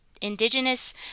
indigenous